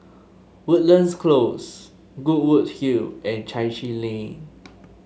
Woodlands Close Goodwood Hill and Chai Chee Lane